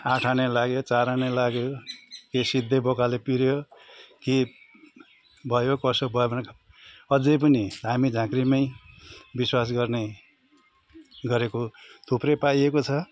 आठ आने लाग्यो चार आने लाग्यो यो सिद्धे बोकाले पिर्यो के भयो कसो भयो अझ पनि धामी झाँक्रीमै विश्वास गर्ने गरेको थुप्रै पाइएको छ